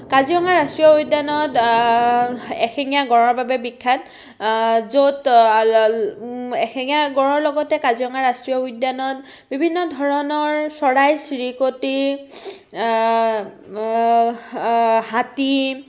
কাজিৰঙা ৰাষ্ট্ৰীয় উদ্যানত এশিঙীয়া গঁড়ৰ বাবে বিখ্যাত য'ত এশিঙীয়া গঁড়ৰ লগতে কাজিৰঙা ৰাষ্ট্ৰীয় উদ্যানত বিভিন্ন ধৰণৰ চৰাই চিৰিকটি হাতী